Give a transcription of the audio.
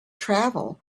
travel